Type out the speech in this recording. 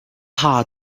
heart